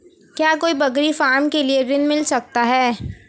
क्या कोई बकरी फार्म के लिए ऋण मिल सकता है?